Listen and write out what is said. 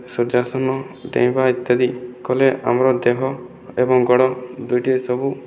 ସୂର୍ଯ୍ୟାଆସନ ଡେଇଁବା ଇତ୍ୟାଦି କଲେ ଆମର ଦେହ ଏବଂ ଗୋଡ଼ ଦୁଇଟି ସବୁ